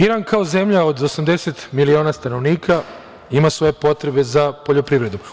Iran kao zemlja od 80 miliona stanovnika ima svoje potrebe za poljoprivredu.